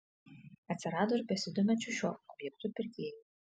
atsirado ir besidominčių šiuo objektu pirkėjų